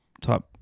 type